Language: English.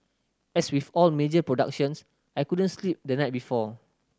as with all major productions I couldn't sleep the night before